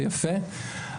זה יפה,